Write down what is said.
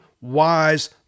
wise